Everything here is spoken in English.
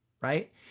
right